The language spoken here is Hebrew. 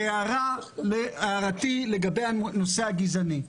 הערתי לגבי הנושא הגזעני,